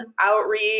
outreach